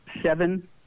Seven